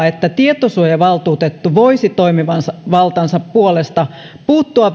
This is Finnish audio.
että tietosuojavaltuutettu voisi toimivaltansa puolesta puuttua